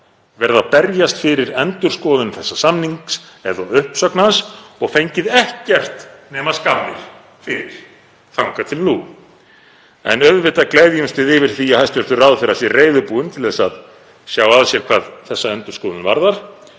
verið að berjast fyrir endurskoðun samningsins eða uppsögn hans og fengið ekkert nema skammir fyrir þangað til nú. En auðvitað gleðjumst við yfir því að hæstv. ráðherra sé reiðubúinn að sjá að sér hvað þessa endurskoðun varðar